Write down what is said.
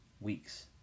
weeks